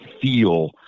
feel